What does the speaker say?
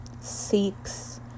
seeks